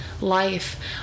Life